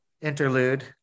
interlude